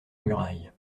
muraille